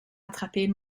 attraper